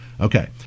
okay